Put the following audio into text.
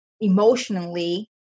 emotionally